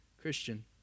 Christian